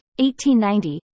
1890